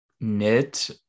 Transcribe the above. knit